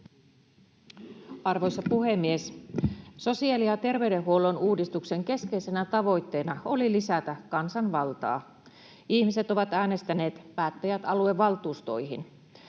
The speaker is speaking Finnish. Arvoisa puhemies! Sosiaali‑ ja terveydenhuollon uudistuksen keskeisenä tavoitteena oli lisätä kansanvaltaa. Ihmiset ovat äänestäneet päättäjät aluevaltuustoihin.